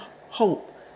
hope